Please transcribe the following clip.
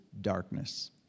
darkness